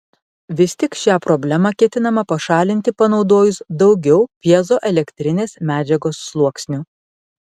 vis tik šią problemą ketinama pašalinti panaudojus daugiau pjezoelektrinės medžiagos sluoksnių